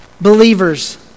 believers